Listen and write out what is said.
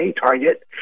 target